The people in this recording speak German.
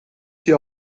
hier